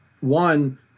one